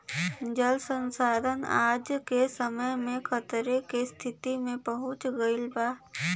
जल संसाधन आज के समय में खतरे के स्तिति में पहुँच गइल बा